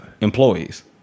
employees